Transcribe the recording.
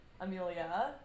Amelia